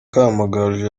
kamagaju